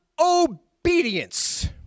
obedience